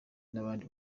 n’abandi